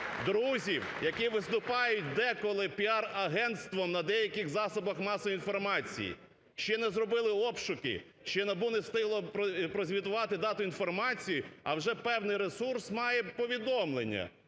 друзів, які виступають деколи піар-агентством на деяких засобах масової інформації? Чи не зробили обшуки, чи НАБУ не встигло прозвітувати дату інформації, а вже певний ресурс має повідомлення